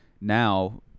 now